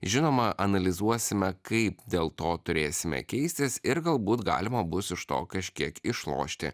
žinoma analizuosime kaip dėl to turėsime keistis ir galbūt galima bus iš to kažkiek išlošti